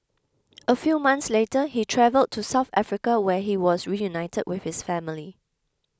a few months later he travelled to South Africa where he was reunited with his family